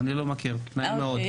אני לא מכיר, נעים מאוד.